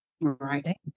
Right